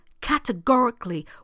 categorically